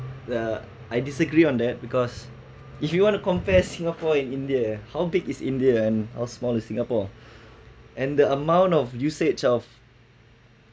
uh I disagree on that because if you wanna compare singapore and india how big is india and how smaller singapore and the amount of usage of